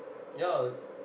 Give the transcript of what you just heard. ya